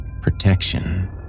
protection